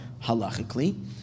halachically